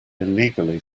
illegally